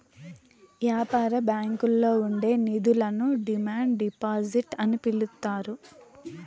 యాపార బ్యాంకుల్లో ఉండే నిధులను డిమాండ్ డిపాజిట్ అని పిలుత్తారు